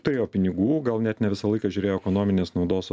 turėjo pinigų gal net ne visą laiką žiūrėjo ekonominės naudos o